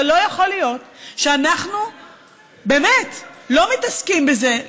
זה לא יכול להיות שאנחנו באמת לא מתעסקים בזה,